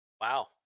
Wow